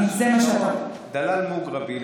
דלאל מוגרבי,